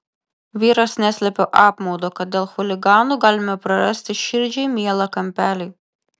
vyras neslėpė apmaudo kad dėl chuliganų galime prarasti širdžiai mielą kampelį